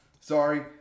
Sorry